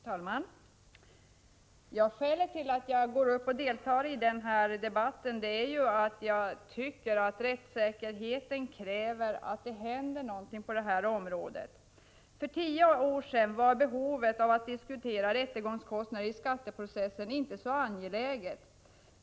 Herr talman! Skälet till att jag går upp och deltar i den här debatten är att jag tycker att rättssäkerheten kräver att det händer något på detta område. För tio år sedan var behovet av att diskutera rättegångskostnaderna i skatteprocesser inte så angeläget.